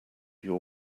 your